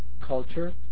culture